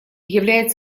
являет